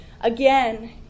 Again